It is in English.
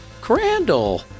Crandall